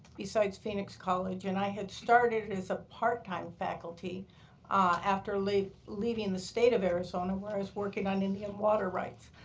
besides phoenix college. and i had started as a part-time faculty after like leaving the state of arizona where i was working on indian water rights.